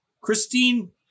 Christine